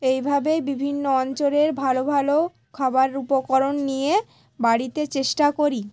এইভাবেই বিভিন্ন অঞ্চলের ভালো ভালো খাবার উপকরণ নিয়ে বাড়িতে চেষ্টা করি